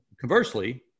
conversely